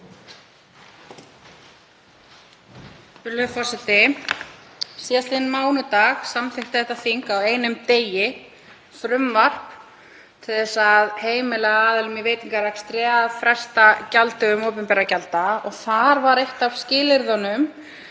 forseti. Síðastliðinn mánudag samþykkti þetta þing á einum degi frumvarp til að heimila aðilum í veitingarekstri að fresta gjalddögum opinberra gjalda og þar var eitt af skilyrðunum,